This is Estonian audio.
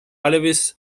alevis